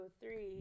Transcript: three